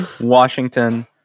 Washington